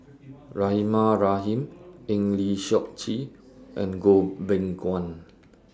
Rahimah Rahim Eng Lee Seok Chee and Goh Beng Kwan